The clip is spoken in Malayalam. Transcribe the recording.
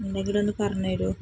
എന്തെങ്കിലുമൊന്ന് പറഞ്ഞ് തരുമോ